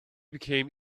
became